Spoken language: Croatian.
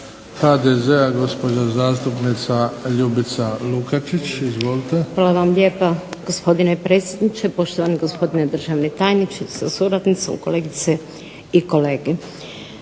HDZ gospođa zastupnica Ljubica Lukačić. Izvolite. **Lukačić, Ljubica (HDZ)** Hvala vam lijepa gospodine predsjedniče, poštovani gospodine državni tajniče sa suradnicom, kolegice i kolege.